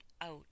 out